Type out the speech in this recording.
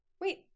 wait